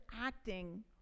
acting